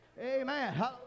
Amen